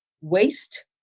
waste